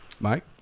Mike